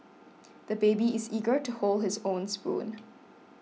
the baby is eager to hold his own spoon